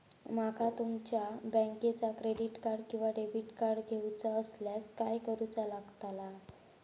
माका तुमच्या बँकेचा क्रेडिट कार्ड किंवा डेबिट कार्ड घेऊचा असल्यास काय करूचा लागताला?